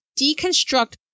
deconstruct